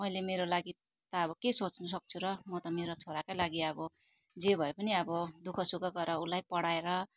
मैले मेरो लागि त अब के सोच्नसक्छु र म त मेरो छोराकै लागि अब जे भए पनि अब दुःख सुख गरेर उसलाई पढाएर